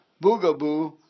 boogaboo